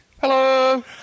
Hello